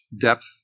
depth